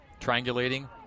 triangulating